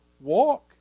walk